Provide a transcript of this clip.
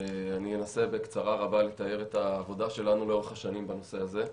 אנסה בקצרה לתאר את העבודה שלנו לאורך השנים בנושא הזה.